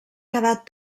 quedat